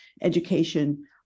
education